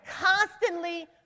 constantly